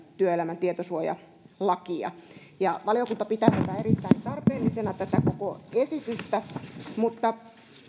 työelämän tietosuojalakia valiokunta pitää tätä koko esitystä erittäin tarpeellisena mutta